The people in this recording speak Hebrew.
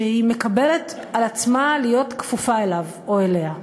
שהיא מקבלת על עצמה להיות כפופה אליו או אליה,